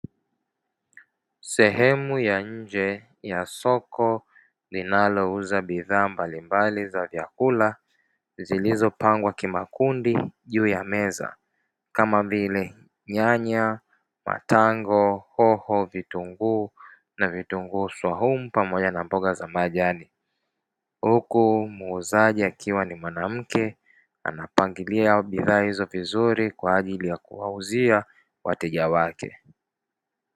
Sehemu ya nje ya soko linalouza bidhaa mbalimbali za vyakula, zilizopangwa kimakundi juu ya meza, kama vile, nyanya, matango, hoho, vitunguu na vitunguu swaumu pamoja na mboga za majani, huku muuzaji akiwa ni mwanamke, anapangilia bidhaa hizo vizuri, kwa ajili ya kuwauzia wateja wake.